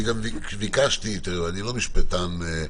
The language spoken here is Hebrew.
אני גם ביקשתי את זה, ואני לא משפטן דגול.